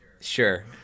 Sure